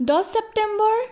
দহ ছেপ্টেম্বৰ